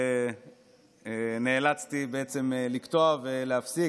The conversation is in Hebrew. ונאלצתי בעצם לקטוע ולהפסיק.